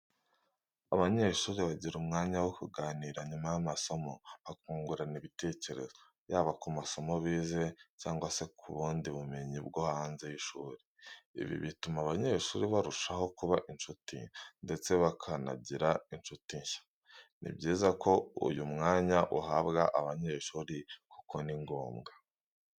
Abanyeshuri bagira umwanya wo kuganira nyuma y'amasomo bakungurana ibitekerezo, yaba ku masomo bize cyangwa se ku bundi bumenyi bwo hanze y'ishuri. lbi bituma abanyeshuri barushaho kuba incuti ndetse bakanagira incuti nshya. Ni byiza ko uyu mwanya uhabwa abanyeshuri kuko ni ngombwa.